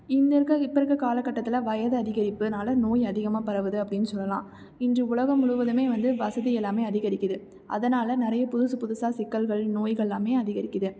இங்கே இருக்க இப்போ இருக்க காலகட்டத்தில் வயது அதிகரிப்பினால நோய் அதிகமாக பரவுது அப்படின்னு சொல்லலாம் இன்று உலகம் முழுவதுமே வந்து வசதி எல்லாமே அதிகரிக்குது அதனால் நிறைய புதுசு புதுசாக சிக்கல்கள் நோய்கள்லாமே அதிகரிக்குது